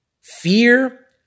fear